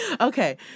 Okay